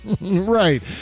Right